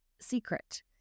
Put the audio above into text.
secret